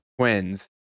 twins